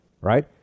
Right